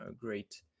great